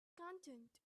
content